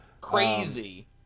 Crazy